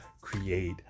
create